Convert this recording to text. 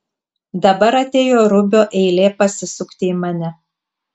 dabar atėjo rubio eilė pasisukti į mane